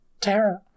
Tara